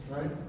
right